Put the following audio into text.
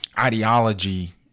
ideology